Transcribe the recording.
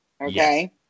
okay